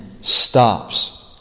stops